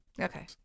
okay